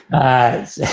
as